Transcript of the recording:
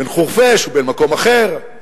בין חורפיש ובין מקום אחר.